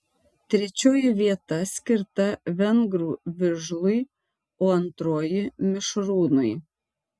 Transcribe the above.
trečioji vieta skirta vengrų vižlui o antroji mišrūnui